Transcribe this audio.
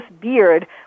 beard